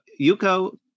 Yuko